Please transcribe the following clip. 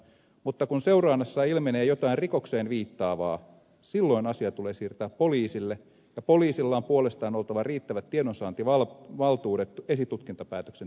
mutta kun seurannassa ilmenee jotain rikokseen viittaavaa silloin asia tulee siirtää poliisille ja poliisilla on puolestaan oltava riittävät tiedonsaantivaltuudet esitutkintapäätöksen tekemiseen